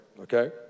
okay